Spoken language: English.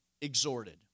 exhorted